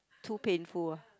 too painful ah